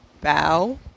bow